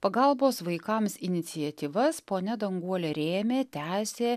pagalbos vaikams iniciatyvas ponia danguolė rėmė tęsė